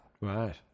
Right